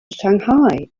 shanghai